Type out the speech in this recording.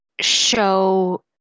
show